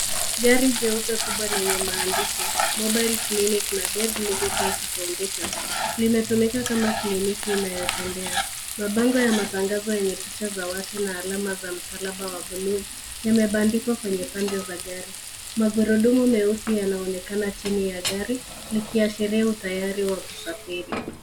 Gari jeupe kubwa lenye maandishi, Mobile Clinic na Beth Mugo Cancer Foundation , limetumika kama kliniki inayotembea. Mabango ya matangazo enye picha za watu na alama za msalaba wa buluu yamebandikwa kwenye pande za gari. Magurudumu meusi yanaonekana chini ya gari liki ashiria tayari wa kusafiri.